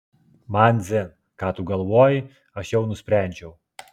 man dzin ką tu galvoji aš jau nusprendžiau